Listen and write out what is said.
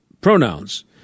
pronouns